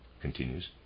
continues